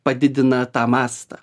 padidina tą mastą